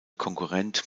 konkurrent